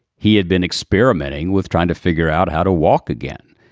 he had been experimenting with trying to figure out how to walk again.